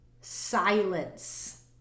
silence